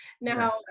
Now